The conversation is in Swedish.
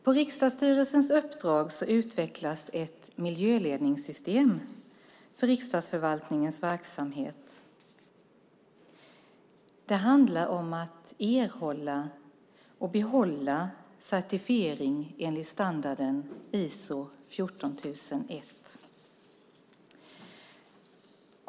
På riksdagsstyrelsens uppdrag utvecklas ett miljöledningssystem för riksdagsförvaltningens verksamhet. Det handlar om att erhålla och behålla certifiering enligt standarden ISO 14001.